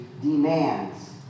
demands